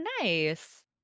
nice